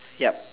ya